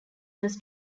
was